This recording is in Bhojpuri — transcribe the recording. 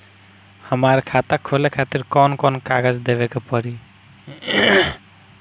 हमार खाता खोले खातिर कौन कौन कागज देवे के पड़ी?